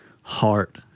heart